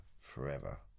forever